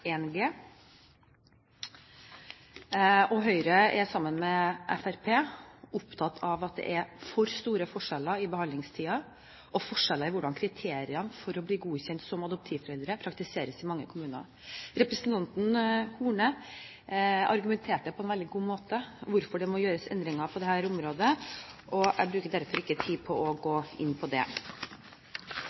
1 G. Høyre er sammen med Fremskrittspartiet opptatt av at det er for store forskjeller i behandlingstiden og forskjeller i hvordan kriteriene for å bli godkjent som adoptivforeldre praktiseres i mange kommuner. Representanten Horne argumenterte på en veldig god måte for hvorfor det må gjøres endringer på dette området. Jeg bruker derfor ikke tid på å gå inn på det.